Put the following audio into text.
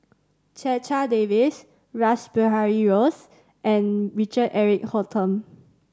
Checha Davies Rash Behari Bose and Richard Eric Holttum